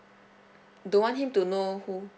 don't want him to know who